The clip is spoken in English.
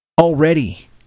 already